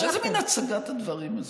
איזה מין הצגת דברים זו?